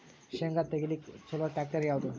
ಶೇಂಗಾ ತೆಗಿಲಿಕ್ಕ ಚಲೋ ಟ್ಯಾಕ್ಟರಿ ಯಾವಾದು?